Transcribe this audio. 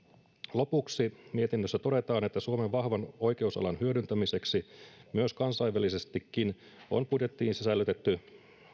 lopuksi mietinnössä todetaan että suomen vahvan oikeusalan osaamisen hyödyntämiseksi myös kansainvälisestikin on budjettiin sisällytetty